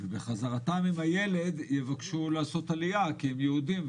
ובחזרתם עם הילד יבקשו לעשות עלייה כי הם יהודים,